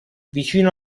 vicino